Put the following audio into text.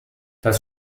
das